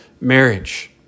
marriage